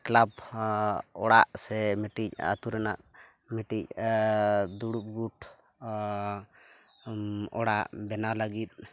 club ᱚᱲᱟᱜ ᱥᱮ ᱢᱤᱫᱴᱮᱱ ᱟᱹᱛᱩ ᱨᱮᱱᱟᱜ ᱢᱤᱫᱴᱮᱱ ᱫᱩᱲᱩᱵ ᱜᱩᱴ ᱚᱲᱟᱜ ᱵᱮᱱᱟᱣ ᱞᱟᱹᱜᱤᱫ